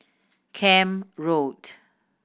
Camp Road